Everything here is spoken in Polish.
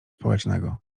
społecznego